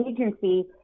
agency